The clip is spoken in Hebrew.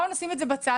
בואו נשים את זה בצד,